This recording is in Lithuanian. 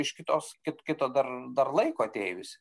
iš kitos kit kito dar dar laiko atėjusi